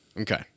Okay